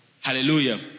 Hallelujah